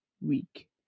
week